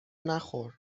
نخور